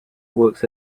works